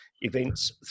events